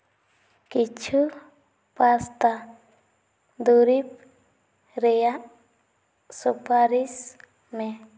ᱠᱤᱪᱷᱩ ᱯᱟᱥᱛᱟ ᱫᱩᱨᱤᱵᱽ ᱨᱮᱭᱟᱜ ᱥᱩᱯᱟᱨᱤᱥ ᱢᱮ